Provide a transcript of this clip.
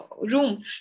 room